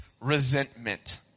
resentment